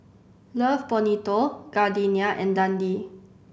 Love Bonito Gardenia and Dundee